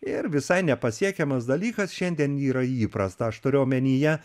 ir visai nepasiekiamas dalykas šiandien yra įprasta aš turiu omenyje